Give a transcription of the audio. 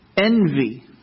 Envy